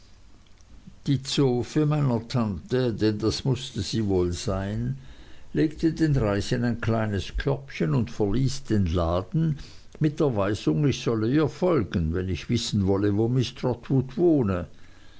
die zofe meiner tante denn das mußte sie wohl sein legte den reis in ein kleines körbchen und verließ den laden mit der weisung ich solle ihr folgen wenn ich wissen wolle wo miß trotwood wohne